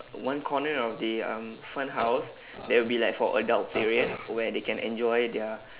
one corner of the um fun house there will be like for adults area where they can enjoy their